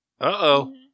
Uh-oh